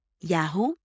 Yahoo